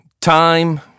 time